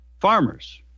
farmers